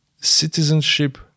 citizenship